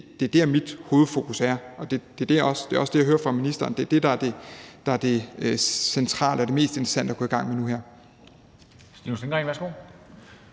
Det er dér, mit hovedfokus er, og det er også det, jeg hører fra ministeren er det centrale og mest interessante at gå i gang med nu her.